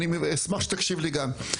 אני אשמח שתקשיב לי גם.